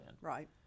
Right